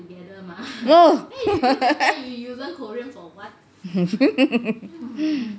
oh